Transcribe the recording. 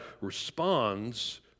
responds